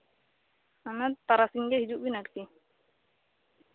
ᱢᱟᱱᱮ ᱛᱟᱨᱟᱥᱤᱧ ᱜᱮ ᱦᱤᱡᱩᱜ ᱵᱤᱱ ᱟᱨᱠᱤ